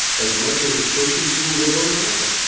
as much as efficiency will allow,